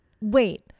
Wait